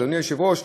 אדוני היושב-ראש,